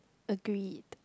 agreed